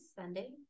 Sunday